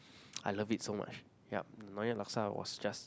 I love it so much yup Nyonya laksa was just